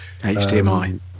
HDMI